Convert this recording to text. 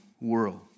world